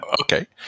okay